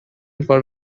for